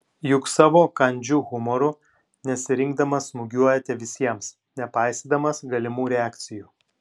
juk savo kandžiu humoru nesirinkdamas smūgiuojate visiems nepaisydamas galimų reakcijų